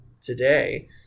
today